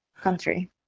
country